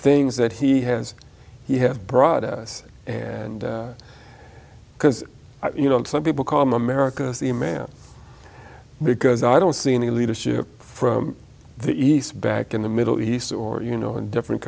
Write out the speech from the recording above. things that he has he has brought us and because you know some people call america's the man because i don't see any leadership from the east back in the middle east or you know in different